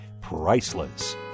priceless